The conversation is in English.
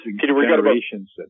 generations